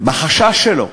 בחשש שלו,